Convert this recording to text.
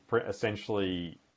essentially